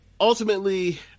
ultimately